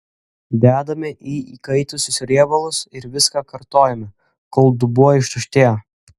dedame į įkaitusius riebalus ir viską kartojame kol dubuo ištuštėja